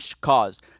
cause